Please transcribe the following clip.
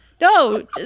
No